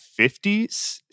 50s